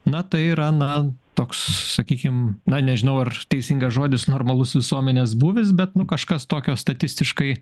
na tai yra na toks sakykim na nežinau ar teisingas žodis normalus visuomenės būvis bet nu kažkas tokio statistiškai